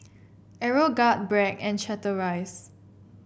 Aeroguard Bragg and Chateraise